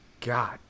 God